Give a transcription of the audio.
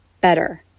better